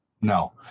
no